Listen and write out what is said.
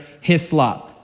Hislop